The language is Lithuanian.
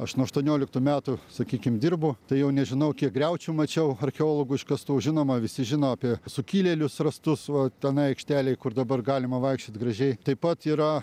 aš nuo aštuonioliktų metų sakykim dirbu tai jau nežinau kiek griaučių mačiau archeologų iškastų žinoma visi žino apie sukilėlius rastus va tenai aikštelėje kur dabar galima vaikščiot gražiai taip pat yra